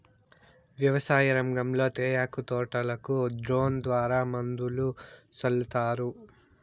వ్యవసాయ రంగంలో తేయాకు తోటలకు డ్రోన్ ద్వారా మందులు సల్లుతారు